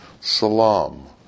Salam